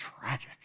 tragic